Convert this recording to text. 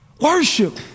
Worship